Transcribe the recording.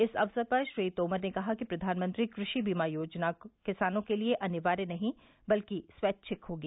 इस अवसर पर श्री तोमर ने कहा कि प्रधानमंत्री कृषि बीमा योजना किसानों के लिए अनिवार्य नहीं बल्कि स्वैच्छिक होगी